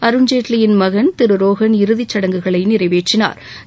அருண் ஜெட்லியின் மகன் ரோஹன் இறுதி சுடங்குகளை நிறைவேற்றினாா்